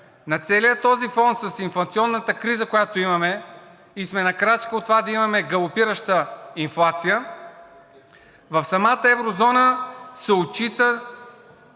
На целия този фон с инфлационната криза, която имаме, и сме на крачка от това да имаме галопираща инфлация, в самата еврозона се отчита